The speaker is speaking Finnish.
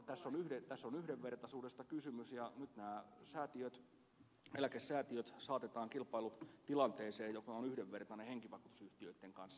tässä on yhdenvertaisuudesta kysymys ja nyt nämä eläkesäätiöt saatetaan kilpailutilanteeseen joka on yhdenvertainen henkivakuutusyhtiöitten kanssa